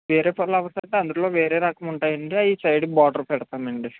వేరే ఫ్లవర్స్ అయితే అందులో వేరే రకం ఉంటాయండి అయి సైడ్కి బార్డర్ పెడుతానండి